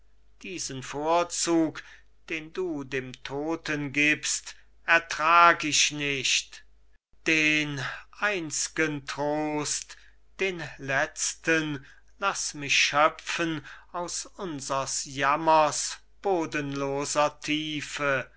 diesen vorzug den du dem todten gibst ertrag ich nicht den einz'gen trost den letzten laß mich schöpfen aus unsers jammers bodenloser tiefe